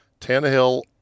Tannehill